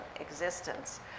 existence